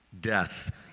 death